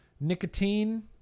nicotine